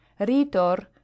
Ritor